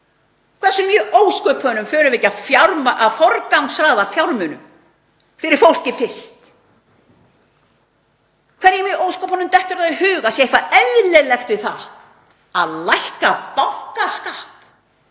Hvers vegna í ósköpunum förum við ekki að forgangsraða fjármunum fyrir fólkið fyrst? Hverjum í ósköpunum dettur það í hug að það sé eitthvað eðlilegt við það að lækka bankaskatt